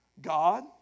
God